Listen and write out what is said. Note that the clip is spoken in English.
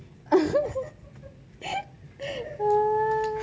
um